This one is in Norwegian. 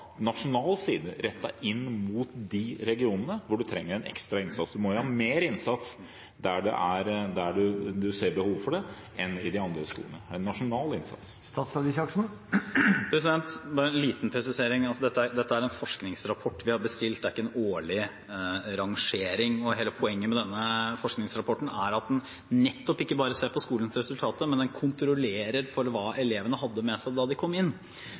må ha mer innsats der man ser behov for det, en nasjonal innsats. En liten presisering: Vi har bestilt en forskningsrapport, ikke en årlig rangering. Hele poenget med denne forskningsrapporten er nettopp at den ikke bare ser på skolens resultater, men den kontrollerer for hva elevene hadde med seg da de kom inn.